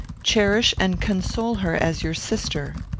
cherish and console her as your sister.